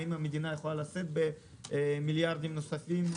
והאם המדינה יכולה לשאת במיליארדים נוספים?